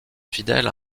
fidèle